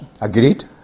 Agreed